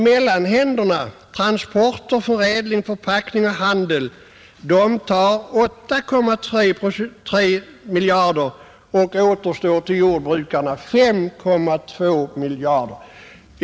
Mellanhänderna — transport, förädling, förpackning och handel — tar 8,3 miljarder kronor. För jordbrukarna återstår 5,2 miljarder kronor.